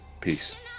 Peace